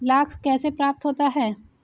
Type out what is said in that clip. लाख कैसे प्राप्त होता है?